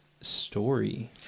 story